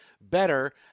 better